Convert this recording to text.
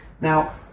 Now